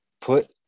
put